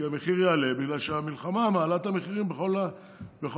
המחיר יעלה בגלל שהמלחמה מעלה את המחירים בכל העולם,